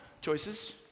Choices